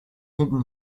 hidden